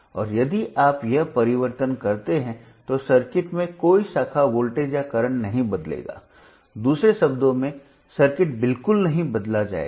और यदि आप यह परिवर्तन करते हैं तो सर्किट में कोई शाखा वोल्टेज या करंट नहीं बदलेगा दूसरे शब्दों में सर्किट बिल्कुल नहीं बदला जाएगा